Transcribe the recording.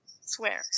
Swear